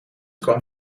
kwam